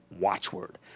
watchword